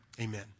Amen